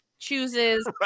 Chooses